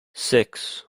six